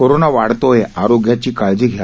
corona वाढतोय आरोग्याची काळजी घ्या